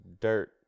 dirt